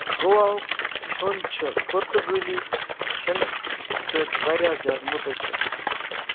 گوا ہُک کھٮ۪وٚن چھُ پرتگٲلی کھٮ۪نہٕ سۭتۍ واریاہ زیادٕ متٲثر